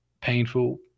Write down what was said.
painful